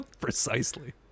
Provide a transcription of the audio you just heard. Precisely